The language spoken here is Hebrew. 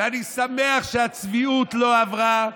ואני שמח שהצביעות לא עברה,